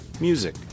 music